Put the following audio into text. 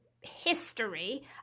history